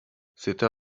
c’était